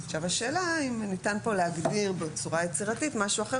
השאלה אם ניתן פה להגדיר בצורה יצירתית משהו אחר